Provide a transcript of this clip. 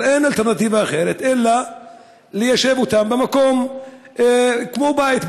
אבל אין אלטרנטיבה אלא ליישב אותם במקום כמו בית,